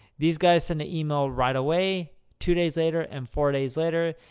these guys send an email right away, two days later and four days later.